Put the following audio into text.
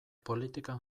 politikan